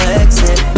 exit